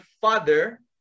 Father